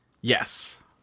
Yes